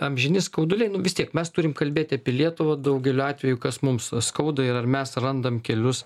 amžini skauduliai vis tiek mes turim kalbėti apie lietuvą daugeliu atveju kas mums skauda ir ar mes randam kelius